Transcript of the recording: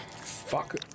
fuck